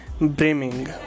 Brimming